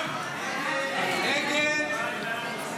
לא נתקבלה.